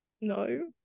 no